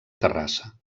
terrassa